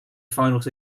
finals